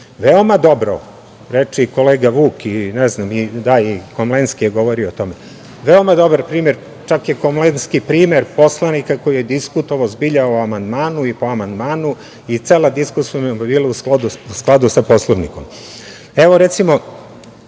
Veoma dobro, reče i kolega Vuk, i Komlenski je govorio o tome, veoma dobar primer, čak je Komlenski primer poslanika koji je diskutovao, zbilja o amandmanu i po amandmanu, i cela diskusija je bila u skladu sa Poslovnikom. Evo recimo